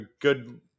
good